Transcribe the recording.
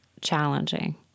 challenging